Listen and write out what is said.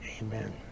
Amen